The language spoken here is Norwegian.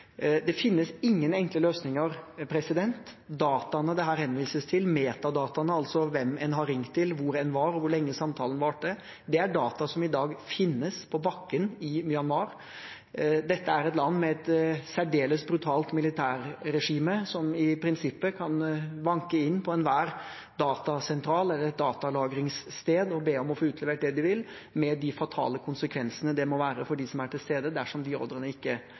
Det finnes ingen enkle løsninger. Metadataene det her vises til, altså hvem en har ringt til, hvor en var, og hvor lenge samtalen varte, er data som i dag finnes på bakken i Myanmar. Dette er et land med et særdeles brutalt militærregime som i prinsippet kan vanke inn på enhver datasentral eller ethvert datalagringssted og be om å få utlevert det de vil, med de fatale konsekvensene det måtte få for dem som er til stede, dersom de ordrene ikke